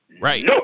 Right